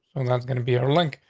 that's gonna be our link,